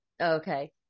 Okay